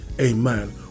amen